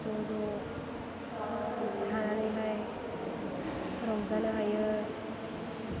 जों ज' थानानैहाय रंजानो हायो